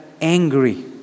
angry